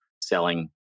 selling